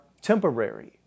temporary